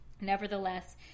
Nevertheless